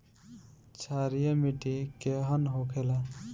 क्षारीय मिट्टी केहन होखेला?